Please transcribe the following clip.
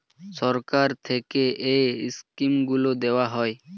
সরকার থেকে এই স্কিমগুলো দেওয়া হয়